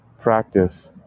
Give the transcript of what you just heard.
practice